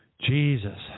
Jesus